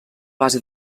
base